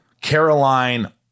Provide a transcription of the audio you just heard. Caroline